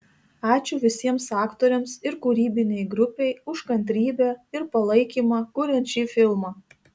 ačiū visiems aktoriams ir kūrybinei grupei už kantrybę ir palaikymą kuriant šį filmą